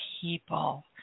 people